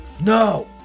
no